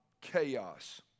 chaos